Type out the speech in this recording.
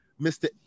Mr